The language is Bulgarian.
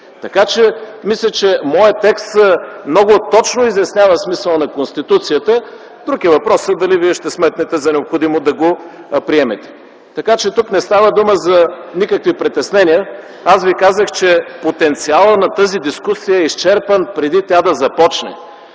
искащите. Мисля, че моят текст много точно изяснява смисъла на Конституцията. Друг е въпросът дали вие ще сметнете за необходимо да го приемете. Тук не става дума за никакви притеснения. Казах ви, че потенциалът на тази дискусия е изчерпан преди тя да започне.